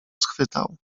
schwytał